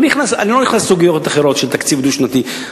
אני לא נכנס לסוגיות אחרות של תקציב דו-שנתי,